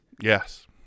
Yes